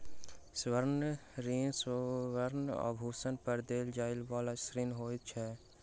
स्वर्ण ऋण स्वर्ण आभूषण पर देल जाइ बला ऋण होइत अछि